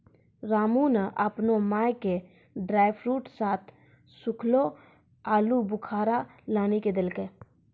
रामू नॅ आपनो माय के ड्रायफ्रूट साथं सूखलो आलूबुखारा लानी क देलकै